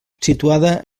situada